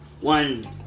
one